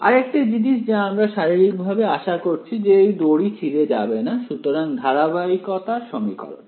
আরেকটি জিনিস যা আমরা শারীরিকভাবে আশা করছি যে এই দড়ি ছিঁড়ে যাবে না সুতরাং ধারাবাহিকতার সমীকরণ